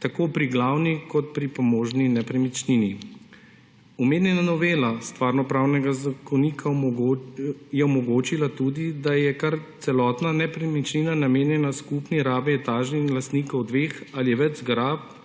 tako pri glavni kot pri pomožni nepremičnini. Omenjena novela Stvarnopravnega zakonika je omogočila tudi, da je kar celotna nepremičnina namenjena skupni rabi etažnih lastnikov dveh ali več zgradb